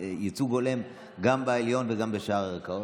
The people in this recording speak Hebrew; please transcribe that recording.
ייצוג הולם גם בעליון וגם בשאר הערכאות?